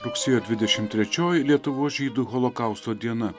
rugsėjo dvidešim trečioji lietuvos žydų holokausto diena